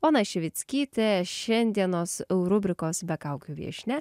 ona šivickytė šiandienos rubrikos be kaukių viešnia